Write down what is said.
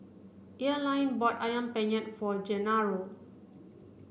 Earline bought Ayam Penyet for Gennaro